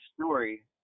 story